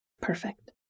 Perfect